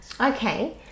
Okay